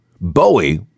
Bowie